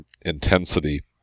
intensity